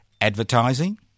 advertising